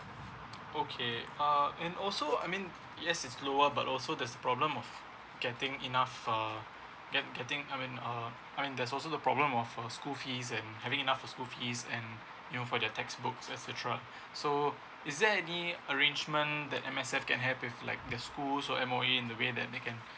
okay uh and also I mean yes is lower but also that's problem of getting enough uh get getting I mean uh I mean that's also a problem of uh school fees and having enough the school fees and you know for their textbooks etcetera so is there any arrangement that M_S_F can have with like the school so M_O_E in the way that they can get